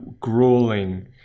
grueling